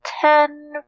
ten